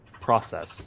process